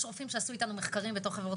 יש רופאים שעשו אתנו מחקרים בתוך חברות